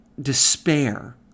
despair